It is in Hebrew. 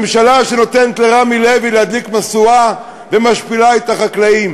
ממשלה שנותנת לרמי לוי להדליק משואה ומשפילה את החקלאים,